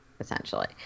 essentially